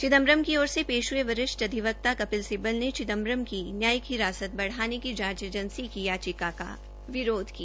चिदम्बरम की ओर से पेश हये वरिष्ठ अधिवक्ता कपिल सिब्बल ने चिदंम्बरम की न्यायिक हिरासत बढ़ाने की जांच एजेंसी की चायिका का विरोध किया